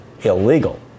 illegal